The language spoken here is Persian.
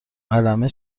قلمه